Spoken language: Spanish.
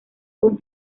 con